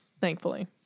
Thankfully